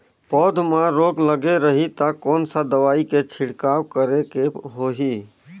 पौध मां रोग लगे रही ता कोन सा दवाई के छिड़काव करेके होही?